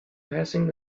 passing